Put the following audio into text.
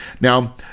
Now